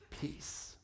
peace